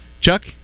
Chuck